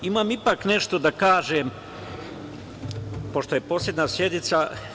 Imam nešto da kažem, pošto je poslednja sednica.